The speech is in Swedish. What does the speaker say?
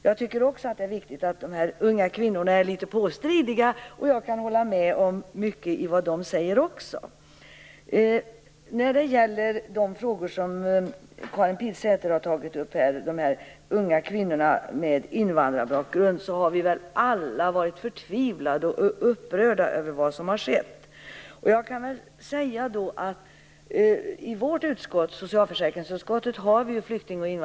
Jag tycker att det är viktigt att de unga kvinnorna är påstridiga, och jag kan hålla med om mycket av vad de säger. När det gäller de frågor som Karin Pilsäter har tagit upp, våldet mot unga kvinnor med invandrarbakgrund, har vi alla varit förtvivlade och upprörda över vad som skett. Invandrar och flyktingfrågorna har vi i socialförsäkringsutskottet.